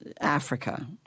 Africa